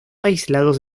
aislados